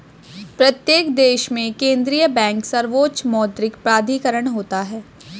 प्रत्येक देश में केंद्रीय बैंक सर्वोच्च मौद्रिक प्राधिकरण होता है